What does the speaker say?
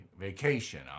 vacation